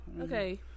Okay